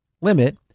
limit